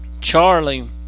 Charlie